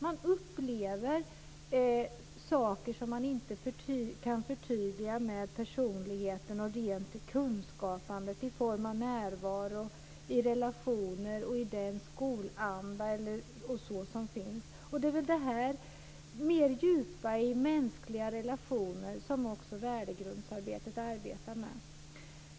Man upplever saker som inte kan förtydligas med personligheten och rent kunskapande i form av närvaro, i relationer och i den skolanda etc. som finns. Det är väl det här mer djupa i mänskliga relationer som man i värdegrundsarbetet också jobbar med.